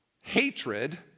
hatred